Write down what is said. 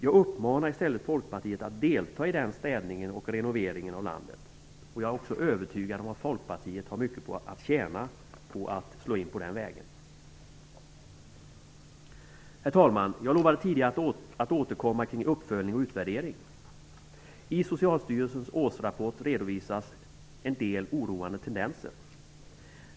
Jag uppmanar i stället Folkpartiet att delta i den städningen och renoveringen av landet. Jag är också övertygad om att Folkpartiet har mycket att tjäna på att slå in på den vägen. Herr talman! Jag lovade tidigare att återkomma till uppföljningen och utvärderingen. I Socialstyrelsens årsrapport redovisas en del oroande tendenser.